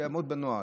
יעמוד בנוהל.